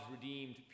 redeemed